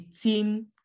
team